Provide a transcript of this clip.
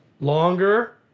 Longer